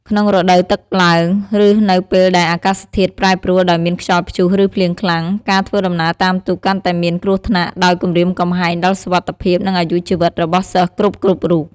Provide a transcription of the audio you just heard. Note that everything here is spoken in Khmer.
ក្នុងរដូវទឹកឡើង ឬនៅពេលដែលអាកាសធាតុប្រែប្រួលដោយមានខ្យល់ព្យុះ ឬភ្លៀងខ្លាំង ការធ្វើដំណើរតាមទូកកាន់តែមានគ្រោះថ្នាក់ ដោយគំរាមកំហែងដល់សុវត្ថិភាព និងអាយុជីវិតរបស់សិស្សគ្រប់ៗរូប។